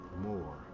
more